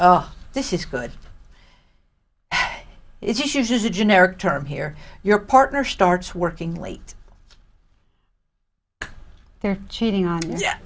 k this is good it's uses a generic term here your partner starts working late they're cheating on